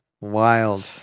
wild